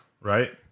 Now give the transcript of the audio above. Right